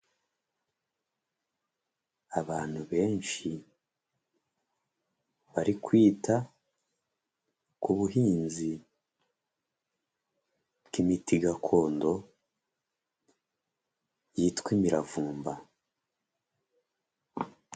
Abantu benshi bari kwita ku buhinzi bw'imiti gakondo yitwa imiravumba.